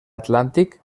atlàntic